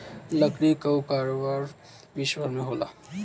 लकड़ी कअ कारोबार विश्वभर में होला